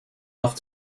off